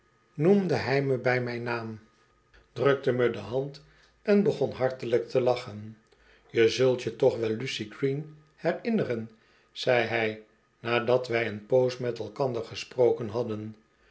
noemde hy me bij mijn naam drukte me de hand en begon hartelijk te lachen je zult je toch wel lucy green herinneren zei hij nadat wij een poos met elkander gesproken hadden